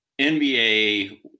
NBA